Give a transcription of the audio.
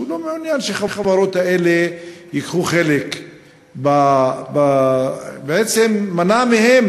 שהוא לא מעוניין שהחברות האלה ייקחו חלק בעצם מנע מהן